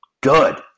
good